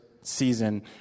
season